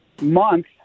month